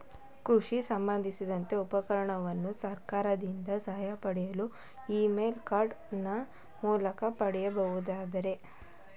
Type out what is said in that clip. ಕೃಷಿ ಸಂಬಂದಿಸಿದ ಉಪಕರಣಗಳನ್ನು ಸರ್ಕಾರದಿಂದ ಸಹಾಯ ಪಡೆಯಲು ಇ ಕಾಮರ್ಸ್ ನ ಮೂಲಕ ಪಡೆಯಬಹುದೇ?